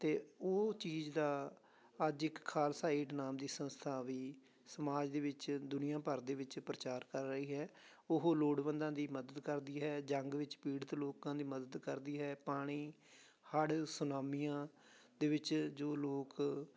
ਅਤੇ ਉਹ ਚੀਜ਼ ਦਾ ਅੱਜ ਇੱਕ ਖਾਲਸਾ ਏਡ ਨਾਮ ਦੀ ਸੰਸਥਾ ਵੀ ਸਮਾਜ ਦੇ ਵਿੱਚ ਦੁਨੀਆਂ ਭਰ ਦੇ ਵਿੱਚ ਪ੍ਰਚਾਰ ਕਰ ਰਹੀ ਹੈ ਉਹ ਲੋੜਵੰਦਾਂ ਦੀ ਮਦਦ ਕਰਦੀ ਹੈ ਜੰਗ ਵਿੱਚ ਪੀੜਿਤ ਲੋਕਾਂ ਦੀ ਮਦਦ ਕਰਦੀ ਹੈ ਪਾਣੀ ਹੜ੍ਹ ਸੁਨਾਮੀਆਂ ਦੇ ਵਿੱਚ ਜੋ ਲੋਕ